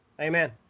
Amen